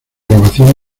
grabación